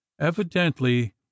evidently